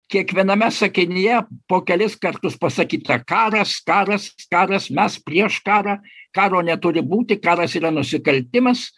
kiekviename sakinyje po kelis kartus pasakyta karas karas karas mes prieš karą karo neturi būti karas yra nusikaltimas